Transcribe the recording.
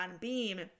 beam